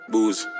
Booze